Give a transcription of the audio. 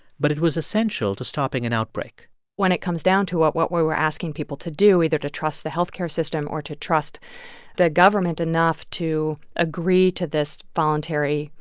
but it was essential to stopping an outbreak when it comes down to it, what we were asking people to do, either to trust the health care system or to trust the government enough to agree to this voluntary,